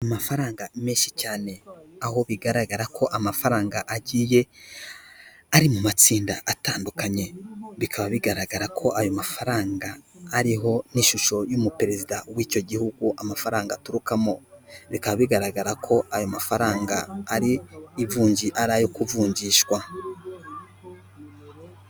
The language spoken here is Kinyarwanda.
Amafaranga menshi cyane, aho bigaragara ko amafaranga agiye ari mu matsinda atandukanye, bikaba bigaragara ko ayo mafaranga ariho n'ishusho y'umuperezida w'icyo gihugu amafaranga aturukamo, bikaba bigaragara ko ayo mafaranga ari ayo kuvunjishwa.